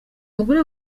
umugore